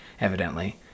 evidently